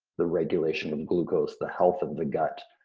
the regulation of glucose, the health of the gut.